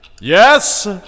Yes